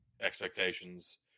expectations